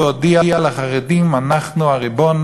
והודיע לחרדים: אנחנו הריבון,